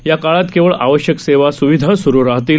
या काळात केवळ आवश्यक सेवा सुविधा स्रु राहतील